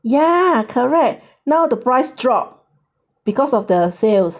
ya correct now the price drop because of the sales